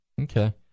Okay